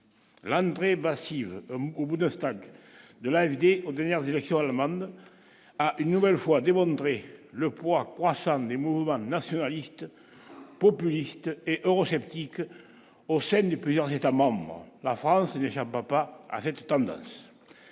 L'entrée massive ou Bouddha, c'est-à-dire de la vidéo aux dernières élections allemandes, a une nouvelle fois démontré le poids croissant des mouvements nationalistes, populistes et eurosceptiques au sein de plusieurs États membres, la France est déjà papa à cette tendance,